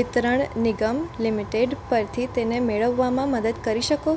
વિતરણ નિગમ લિમિટેડ પરથી તેને મેળવવામાં મદદ કરી શકો